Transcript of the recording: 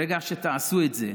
ברגע שתעשו את זה,